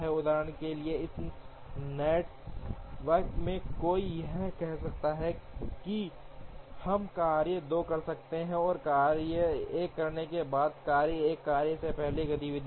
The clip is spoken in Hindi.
उदाहरण के लिए इस नेटवर्क से कोई यह कह सकता है कि हम कार्य 2 कर सकते हैं कार्य 1 करने के बाद कार्य 1 कार्य 2 से पहले की गतिविधि है